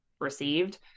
received